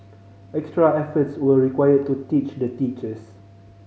extra efforts were required to teach the teachers